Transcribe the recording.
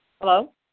Hello